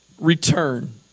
return